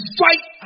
fight